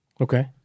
Okay